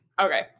Okay